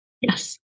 Yes